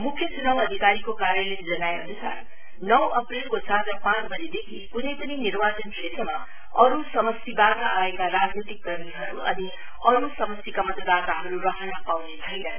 मुख्य चुनाव अधिकारीको कार्यालयले जनाएअनुसार नै तारिख अप्रेलको साँझ पाँच बजेदेखि कुनै पनि निर्वाचन क्षेत्रमा अरु समष्टिवाट आएका राजनैतिक कर्मीहरु अनि अरु समष्टिका मतदाताहरु रहन पाउने छैनन्